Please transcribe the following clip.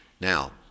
Now